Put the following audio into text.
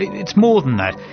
it's more than that,